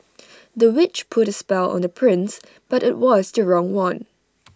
the witch put A spell on the prince but IT was the wrong one